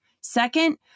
Second